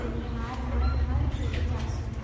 बनिहार मन ह चली देथे